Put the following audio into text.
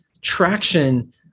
Traction